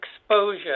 exposure